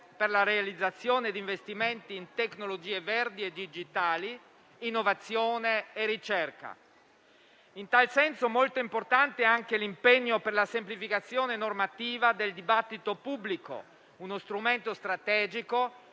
per la realizzazione di investimenti in tecnologie verdi e digitali, innovazione e ricerca. In tal senso, molto importante è anche l'impegno per la semplificazione normativa del dibattito pubblico, uno strumento strategico